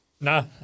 No